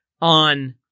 on